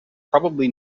probably